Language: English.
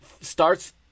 starts